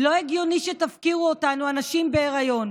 לא הגיוני שתפקירו אותנו, הנשים בהיריון.